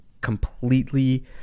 completely